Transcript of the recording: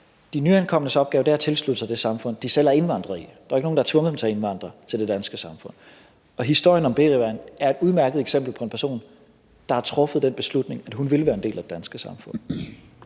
De nyankomnes opgave er at tilslutte sig det samfund, de selv er indvandret i. Der er jo ikke nogen, der har tvunget dem til at indvandre til det danske samfund, og historien om Berivan er et udmærket eksempel på en person, der har truffet den beslutning, at hun vil være en del af det danske samfund.